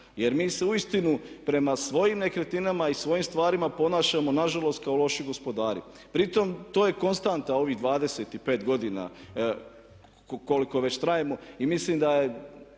jer mi se uistinu prema svojim nekretninama i svojim stvarima ponašamo nažalost kao loši gospodari. Pri tome to je konstanta u ovih 25 godina koliko već trajemo. I mislim da je